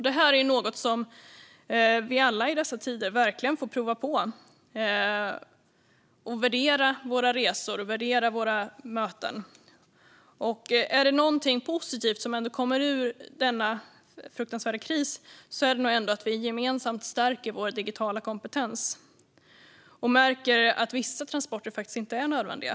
Detta är ju något som vi alla verkligen får prova på i dessa tider; vi får värdera våra resor och våra möten. Finns det någonting positivt som kan komma ur denna fruktansvärda kris är det nog ändå vi gemensamt stärker vår digitala kompetens och märker att vissa transporter faktiskt inte är nödvändiga.